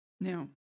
Now